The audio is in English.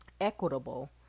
equitable